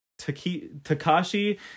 Takashi